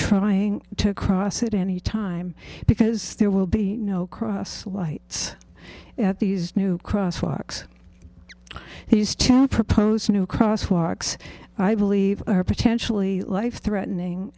trying to cross it any time because there will be no cross lights at these new cross walk he's chad proposed a new crosswalks i believe are potentially life threatening